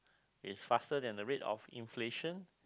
is faster than the rate of inflation